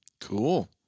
Cool